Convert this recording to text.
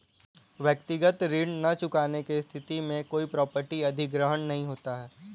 व्यक्तिगत ऋण न चुकाने की स्थिति में कोई प्रॉपर्टी अधिग्रहण नहीं होता